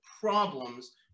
problems